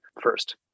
first